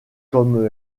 comme